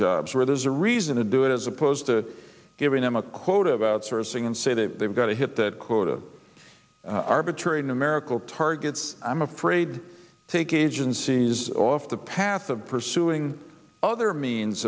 jobs where there's a reason to do it as opposed to giving them a quota of outsourcing and say that they've got to hit that quota of arbitrary numerical targets i'm afraid to take agencies off the path of pursuing other means